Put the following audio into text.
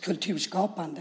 kulturskapande.